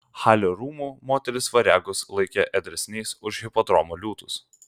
halio rūmų moterys variagus laikė ėdresniais už hipodromo liūtus